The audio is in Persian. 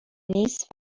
نیست